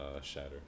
shatter